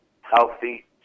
healthy